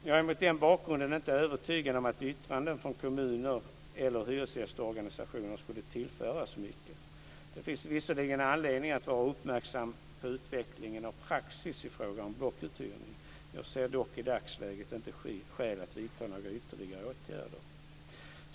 Jag är mot den bakgrunden inte övertygad om att yttranden från kommuner eller hyresgästorganisationer skulle tillföra så mycket. Det finns visserligen anledning att vara uppmärksam på utvecklingen av praxis i fråga om blockuthyrning. Jag ser dock i dagsläget inte skäl att vidta några ytterligare åtgärder.